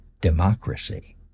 democracy